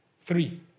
Three